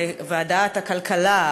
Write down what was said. בוועדות הכלכלה,